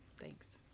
thanks